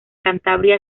cantabria